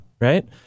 right